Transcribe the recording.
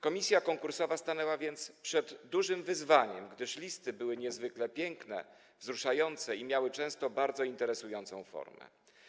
Komisja konkursowa stanęła więc przed dużym wyzwaniem, gdyż listy były niezwykle piękne, wzruszające i miały często bardzo interesującą formę.